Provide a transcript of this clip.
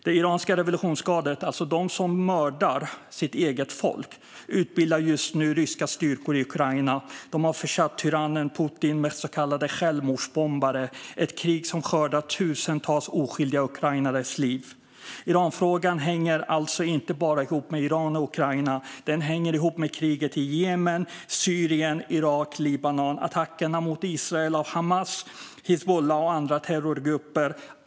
Det iranska revolutionsgardet, alltså de som mördar sitt eget folk, utbildar just nu ryska styrkor i Ukraina. De har försett tyrannen Putin med så kallade självmordsbombare. Det är ett krig som skördar tusentals oskyldiga ukrainares liv. Iranfrågan hänger alltså inte bara ihop med Iran och Ukraina, utan den hänger ihop med kriget i Jemen, Syrien, Irak och Libanon samt attackerna mot Israel av Hamas, Hizbollah och andra terrorgrupper.